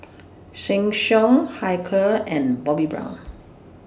Sheng Siong Hilker and Bobbi Brown